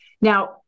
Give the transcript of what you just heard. now